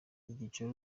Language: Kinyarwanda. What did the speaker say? icyiciro